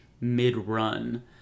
mid-run